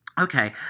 Okay